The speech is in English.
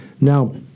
Now